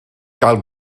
gael